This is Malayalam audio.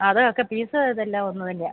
അതൊക്കെ ഫീസ് ഇതെല്ലാം ഒന്ന് തന്നെയാണ്